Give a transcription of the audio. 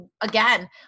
again